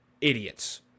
idiots